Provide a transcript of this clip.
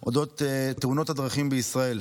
על אודות תאונות הדרכים בישראל.